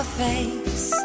face